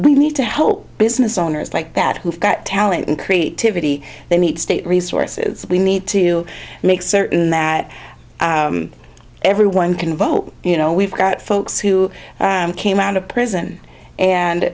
we need to help business owners like that who have got talent and creativity they need state resources we need to make certain that everyone can vote you know we've got folks who came out of prison and